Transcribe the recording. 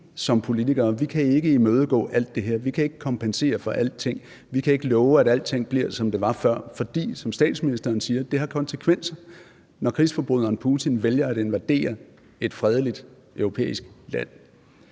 som politikere imødegå alt det her, vi kan ikke kompensere for alting, vi kan ikke love, at alting bliver, som det var før, for som statsministeren siger, har det konsekvenser, når krigsforbryderen Putin vælger at invadere et fredeligt europæisk land.